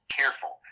careful